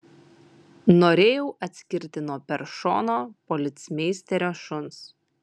norėjau atskirti nuo peršono policmeisterio šuns